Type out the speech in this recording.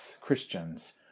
Christians